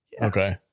Okay